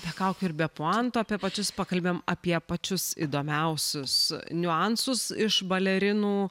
be kaukių ir be puantų apie pačius pakalbėjom apie pačius įdomiausius niuansus iš balerinų